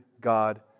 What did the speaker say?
God